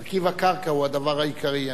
מרכיב הקרקע הוא הדבר העיקרי.